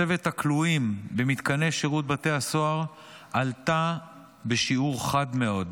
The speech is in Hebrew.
מצבת הכלואים במתקני שירות בתי הסוהר עלתה בשיעור חד מאוד.